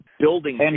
building